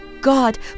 God